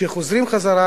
והוא חוזר אלינו,